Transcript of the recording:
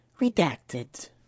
redacted